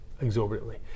exorbitantly